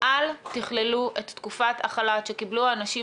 אל תכללו את תקופת החל"ת שקיבלו האנשים